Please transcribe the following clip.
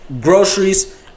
groceries